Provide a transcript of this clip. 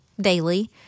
daily